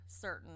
certain